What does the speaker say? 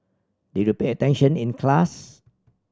did you pay attention in class